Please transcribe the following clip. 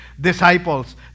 disciples